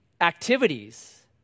activities